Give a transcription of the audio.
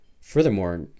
Furthermore